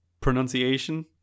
pronunciation